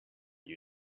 you